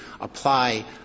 apply